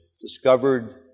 discovered